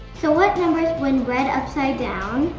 so what numbers, when read upside down,